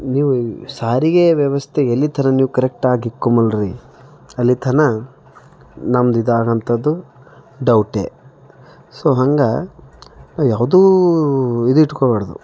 ನೀವು ಸಾರಿಗೆ ವ್ಯವಸ್ಥೆ ಎಲ್ಲಿತರ ನೀವ್ ಕರೆಕ್ಟ್ ಆಗಿ ಇಕ್ಕೊಮಲ್ರಿ ಅಲ್ಲಿ ತನ ನಮ್ದಿದಾಗೊಂತದ್ ಡೌಟೆ ಸೊ ಹಾಗೆ ಯಾವುದು ಇದಿಟ್ಕೊಬಾರ್ದು